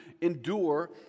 endure